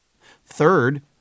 Third